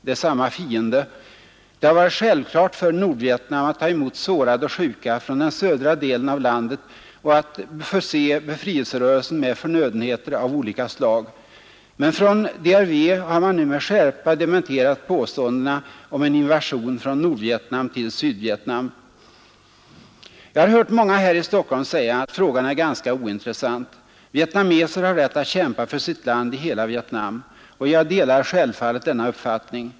Det är samma fiende. Det har varit självklart för Nordvietnam att ta emot sårade och sjuka från den södra delen av landet och att förse befrielserörelsen med förnödenheter av olika slag. Men från DRV har man nu med skärpa dementerat påståendena om en ”invasion” från Nordvietnam till Sydvietnam. Jag har hört många här i Stockholm säga att frågan är ganska ointressant, att vietnameser har rätt att kämpa för sitt land i hela Vietnam. och jag delar självfallet denna uppfattning.